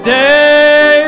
day